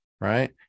right